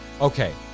Okay